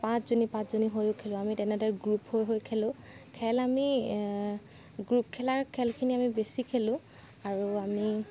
পাঁচজনী পাঁচজনী হৈও খেলোঁ আমি তেনেদৰে গ্ৰুপ হৈ হৈ খেলোঁ খেল আমি গ্ৰুপ খেলা খেলখিনি আমি বেছি খেলোঁ আৰু আমি